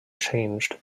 changed